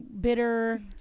bitter